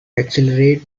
accelerate